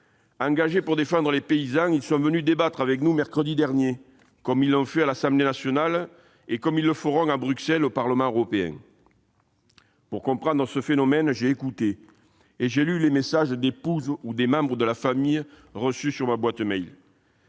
Engagés pour défendre les paysans, ils sont venus débattre avec nous, mercredi dernier, comme ils l'avaient fait à l'Assemblée nationale et comme ils le feront au Parlement européen, à Bruxelles. Pour comprendre ce phénomène, j'ai écouté et j'ai lu les messages d'épouses ou de membres de la famille, reçus sur ma boîte aux